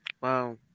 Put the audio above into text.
Wow